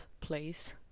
place